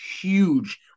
huge